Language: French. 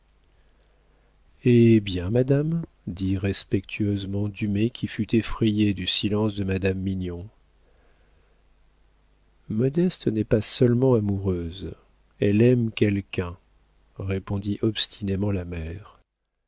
eh bien madame dit respectueusement dumay qui fut effrayée du silence de madame mignon modeste n'est pas seulement amoureuse elle aime quelqu'un répondit obstinément la mère